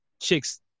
chicks